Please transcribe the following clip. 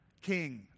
king